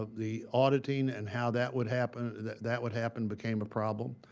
the auditing and how that would happen that that would happen became a problem.